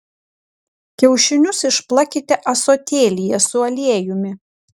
kiaušinius išplakite ąsotėlyje su aliejumi